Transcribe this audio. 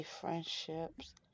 friendships